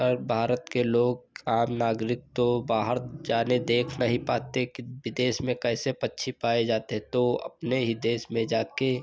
कर भारत के लोग आम नागरिक तो बाहर जाकर देख नहीं पाते कि विदेश में कैसे पक्षी पाए जाते हैं तो अपने ही देश में जाकर